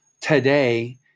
today